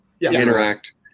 interact